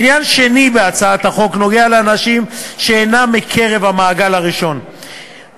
עניין שני בהצעת החוק נוגע לאנשים שאינם מקרב המעגל הראשון,